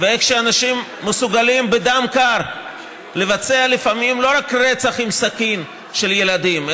ואיך אנשים מסוגלים בדם קר לבצע לפעמים לא רק רצח של ילדים עם סכין,